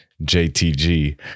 JTG